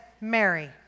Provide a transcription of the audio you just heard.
Mary